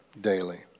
daily